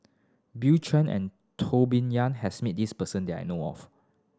Bill Chen and Tou Been Yang has met this person that I know of